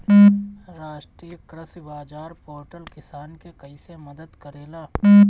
राष्ट्रीय कृषि बाजार पोर्टल किसान के कइसे मदद करेला?